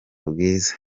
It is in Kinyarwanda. bwiza